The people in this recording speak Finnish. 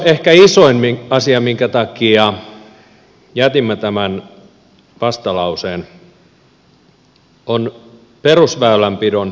ehkä isoin asia minkä takia jätimme tämän vastalauseen on perusväylänpidon riittämätön rahoitus